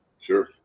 sure